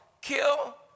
Kill